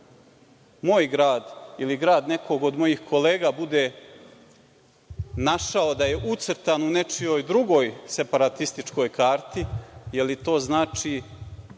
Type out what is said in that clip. moj grad ili grad nekog od mojih kolega bude našao da je ucrtan u nečijoj drugoj separatističkoj karti, da li to znači